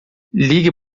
ligue